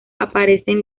aparecen